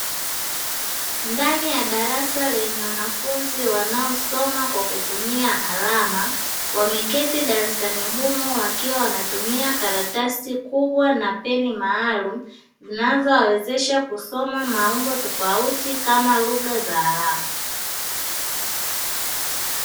Ndani ya darasa lenye wanafunzi wanaosoma kwa kutumia alama, wameketi darasani humo wakiwa wanatumia karatasi kubwa na peni maalumu, zinazo wawezesha kusoma maumbo tofauti kama lugha za alama.